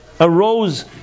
arose